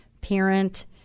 parent